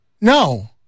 no